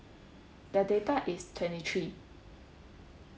the data is twenty three